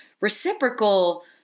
reciprocal